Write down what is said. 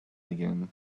again